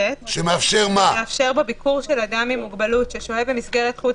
חברים, קיבלתם את התשובות.